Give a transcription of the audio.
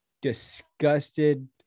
disgusted